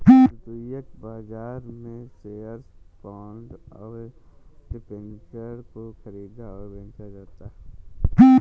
द्वितीयक बाजार में शेअर्स, बॉन्ड और डिबेंचर को ख़रीदा और बेचा जाता है